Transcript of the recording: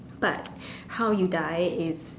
but how you die is